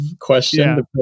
question